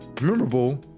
memorable